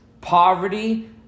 poverty